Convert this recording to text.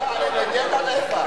אני מגן עליך.